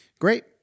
Great